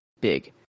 big